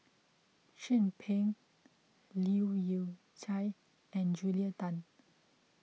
Chin Peng Leu Yew Chye and Julia Tan